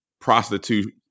prostitution